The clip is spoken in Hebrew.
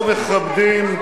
אותו אתם רוצים, ואנחנו מכבדים,